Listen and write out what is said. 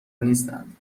نیستند